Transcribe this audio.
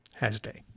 Hasday